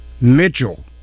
Mitchell